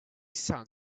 sound